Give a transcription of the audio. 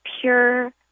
pure